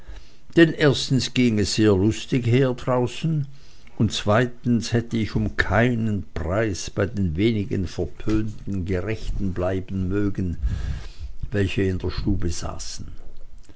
denn erstens ging es sehr lustig her draußen und zweitens hätte ich um keinen preis bei den wenigen verpönten gerechten bleiben mögen welche in der stube saßen